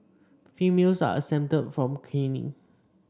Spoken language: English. females are exempted from caning